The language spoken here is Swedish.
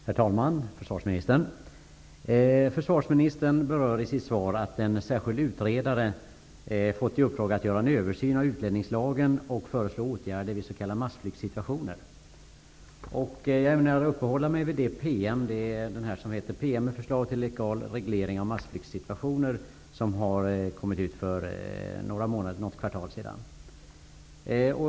Herr talman! Försvarsministern! Försvarsministern berör i sitt svar att en särskild utredare har fått i uppdrag att göra en översyn av utlänningslagen och föreslå åtgärder vid s.k. massflyktssituationer. Jag ämnar uppehålla mig vid den promemorian: PM med förslag till Legal reglering av massflyktssituationer. Den kom ut för något kvartal sedan.